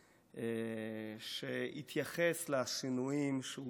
שהתייחס לשינויים שהוא מוביל.